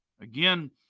Again